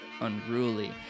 unruly